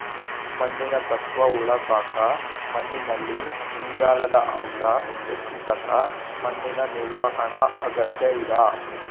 ಮಣ್ಣಿನ ಸತ್ವ ಉಳಸಾಕ ಮಣ್ಣಿನಲ್ಲಿ ಇಂಗಾಲದ ಅಂಶ ಹೆಚ್ಚಿಸಕ ಮಣ್ಣಿನ ನಿರ್ವಹಣಾ ಅಗತ್ಯ ಇದ